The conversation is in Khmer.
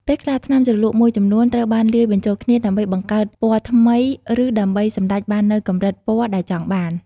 ពេលខ្លះថ្នាំជ្រលក់មួយចំនួនត្រូវបានលាយបញ្ចូលគ្នាដើម្បីបង្កើតពណ៌ថ្មីឬដើម្បីសម្រេចបាននូវកម្រិតពណ៌ដែលចង់បាន។